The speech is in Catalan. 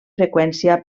freqüència